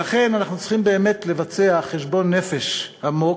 לכן אנחנו צריכים באמת לבצע חשבון נפש עמוק,